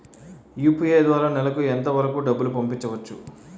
UPI ద్వారా నెలకు ఎంత వరకూ డబ్బులు పంపించవచ్చు?